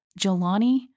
Jelani